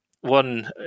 one